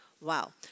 Wow